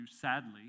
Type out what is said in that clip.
sadly